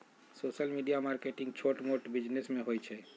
social media marketing छोट मोट business में होई छई